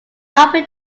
open